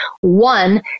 one